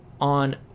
on